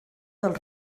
del